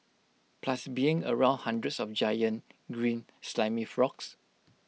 plus being around hundreds of giant green slimy frogs